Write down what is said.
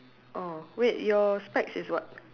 oh wait your specs is what